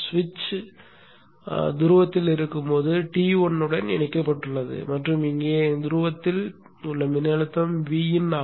சுவிட்ச் துருவத்தில் இருக்கும் போது T1 உடன் இணைக்கப்பட்டுள்ளது மற்றும் இங்கே துருவத்தில் உள்ள மின்னழுத்தம் Vin ஆகும்